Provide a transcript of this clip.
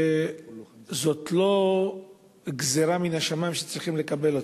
שזאת לא גזירה משמים שצריך לקבל אותה.